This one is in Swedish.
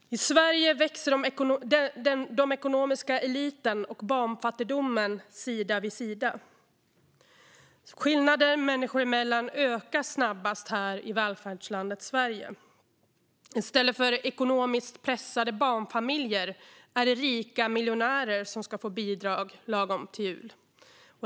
I Sverige växer den ekonomiska eliten och barnfattigdomen sida vid sida. Skillnaderna människor emellan ökar snabbast här i välfärdslandet Sverige. I stället för ekonomiskt pressade barnfamiljer är det rika miljonärer som ska få bidrag lagom till jul.